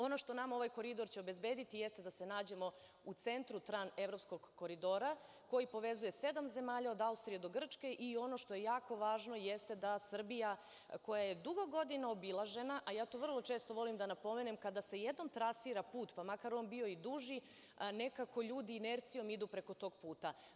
Ono što nama ovaj Koridor će obezbediti jeste da se nađemo u centru Tranevropskog koridora, koji povezuje sedam zemalja od Austrije do Grčke i ono što je jako važno jeste da Srbija, koja je dugo godina obilažena, a to vrlo često volim da napomenem, kada se jednom trasira put, pa makar on bio i duži, nekako ljudi inercijom idu preko tog puta.